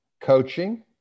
coaching